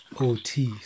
Otis